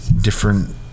different